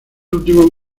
últimos